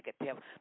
negative